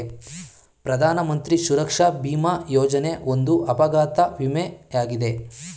ಪ್ರಧಾನಮಂತ್ರಿ ಸುರಕ್ಷಾ ಭಿಮಾ ಯೋಜನೆ ಒಂದು ಅಪಘಾತ ವಿಮೆ ಯಾಗಿದೆ